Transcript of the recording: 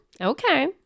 okay